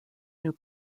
new